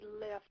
left